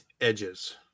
edges